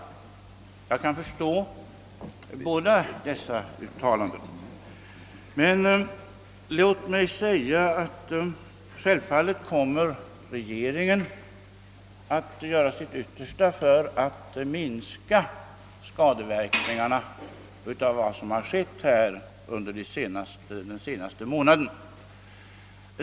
Jag kan förstå dessa synpunkter. Låt mig emellertid framhålla att regeringen självfallet kommer att göra sitt yttersta för att minska skadeverkningarna av vad som ägt rum under den senaste månaden.